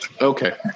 okay